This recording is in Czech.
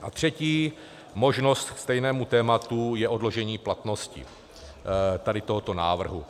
A třetí možnost k stejnému tématu je odložení platnosti tady tohoto návrhu.